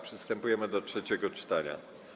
Przystępujemy do trzeciego czytania.